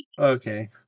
okay